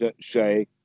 say